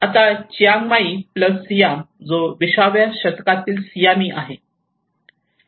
आता Chiang Mai plus Siam जो 20 व्या शतकातील सियामी आहे